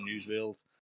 Newsreels